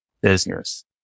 business